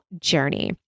journey